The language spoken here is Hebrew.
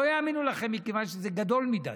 לא יאמינו לכם, מכיוון שזה גדול מדי.